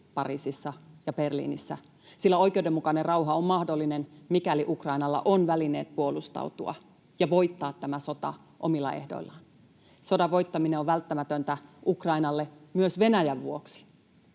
Pariisissa ja Berliinissä, sillä oikeudenmukainen rauha on mahdollinen, mikäli Ukrainalla on välineet puolustautua ja voittaa tämä sota omilla ehdoillaan. Sodan voittaminen on välttämätöntä Ukrainalle myös Venäjän vuoksi.